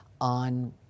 on